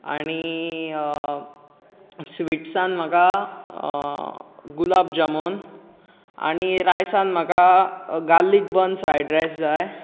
आनी स्वीट्सान म्हाका गुलाबजामून आनी रायसान म्हाका गार्लिक बर्न फ्रायड रायस जाय